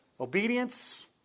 obedience